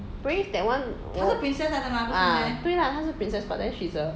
brave that one 我 ah 对 lah 她是 princess but then she's a